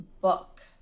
book